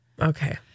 okay